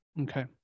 Okay